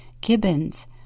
gibbons